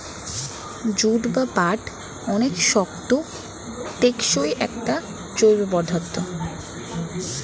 jute বা পাট অনেক শক্ত, টেকসই একটা জৈব পদার্থ